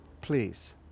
Please